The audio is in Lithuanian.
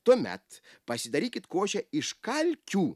tuomet pasidarykit košę iš kalkių